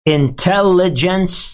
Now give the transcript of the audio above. intelligence